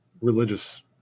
religious